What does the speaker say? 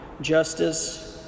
justice